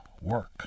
work